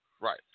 Right